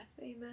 Amen